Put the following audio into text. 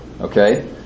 Okay